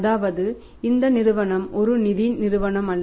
அதாவது இந்த நிறுவனம் ஒரு நிதி நிறுவனம் அல்ல